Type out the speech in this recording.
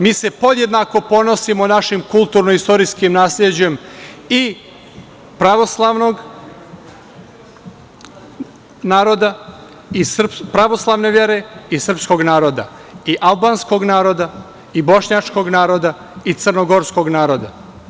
Mi se podjednako ponosimo našim kulturno-istorijskim nasleđem i pravoslavnog naroda, pravoslavne vere i srpskog naroda i albanskog naroda i bošnjačkog naroda i crnogorskog naroda.